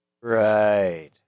Right